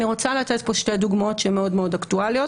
אני רוצה לתת פה שתי דוגמאות שמאוד אקטואליות: